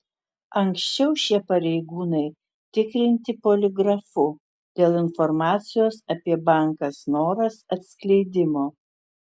anksčiau šie pareigūnai tikrinti poligrafu dėl informacijos apie banką snoras atskleidimo